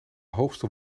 hoogste